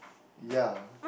ya